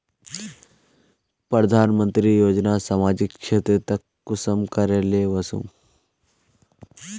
प्रधानमंत्री योजना सामाजिक क्षेत्र तक कुंसम करे ले वसुम?